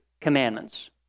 commandments